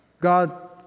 God